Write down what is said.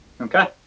Okay